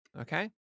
Okay